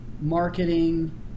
marketing